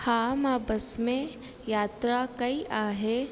हा मां बस में यात्रा कई आहे